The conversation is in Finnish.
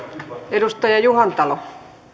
edustaja juhantalo